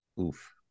oof